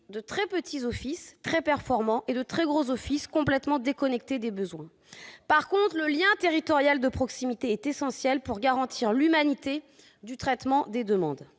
de très petits offices très performants et de très gros offices complètement déconnectés des besoins. En revanche, le lien territorial de proximité est essentiel pour garantir l'humanité du traitement des demandes.